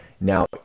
now